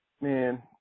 Man